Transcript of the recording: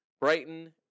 Brighton